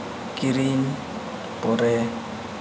ᱠᱤᱨᱤᱧ ᱯᱚᱨᱮ